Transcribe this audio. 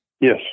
Yes